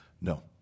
No